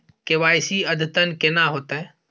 KYC अद्यतन केना होतै?